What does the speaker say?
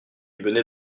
venait